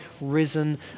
risen